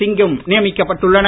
சிங்கும் நியமிக்கப்பட்டுள்ளனர்